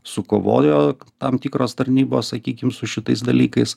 sukovojo tam tikros tarnybos sakykim su šitais dalykais